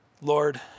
Lord